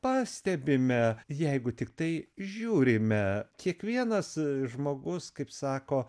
pastebime jeigu tiktai žiūrime kiekvienas žmogus kaip sako